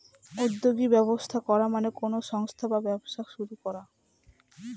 উদ্যোগী ব্যবস্থা করা মানে কোনো সংস্থা বা ব্যবসা শুরু করা